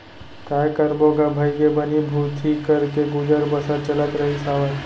काय करबो गा भइगे बनी भूथी करके गुजर बसर चलत रहिस हावय